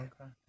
Okay